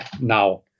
now